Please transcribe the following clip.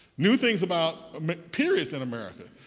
new things about periods in america.